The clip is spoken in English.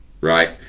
right